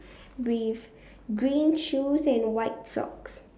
with green shoes and white socks